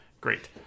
great